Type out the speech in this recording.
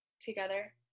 together